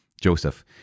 Joseph